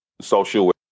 social